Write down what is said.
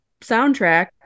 soundtrack